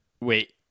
Wait